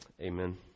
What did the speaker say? Amen